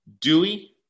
Dewey